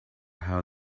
how